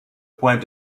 point